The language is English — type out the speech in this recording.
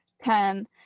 ten